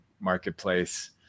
marketplace